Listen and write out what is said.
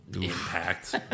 Impact